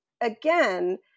again